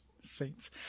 saints